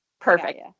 Perfect